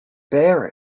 bear